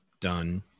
done